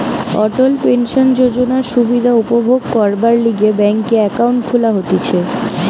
অটল pension যোজনার সুবিধা উপভোগ করবার লিগে ব্যাংকে একাউন্ট খুলা হতিছে